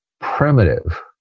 primitive